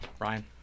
Ryan